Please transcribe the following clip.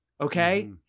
Okay